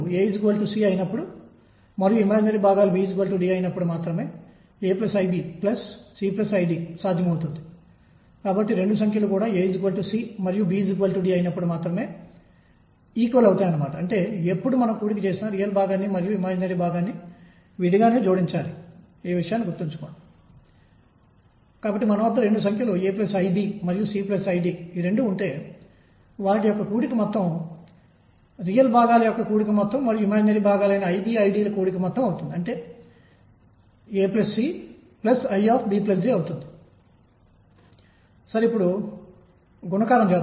నేను చివరి ఉపన్యాసంలో చెప్పినట్లుగా బోర్ నమూనాను 1 D ఏక మితీయ వ్యవస్థలకు వర్తింపజేయలేమని మరియు వర్ణపటంలో వివిధ తరంగదైర్ఘ్యాల కాంతిని ఇది ఇవ్వలేదని కూడా నేను చెప్పాను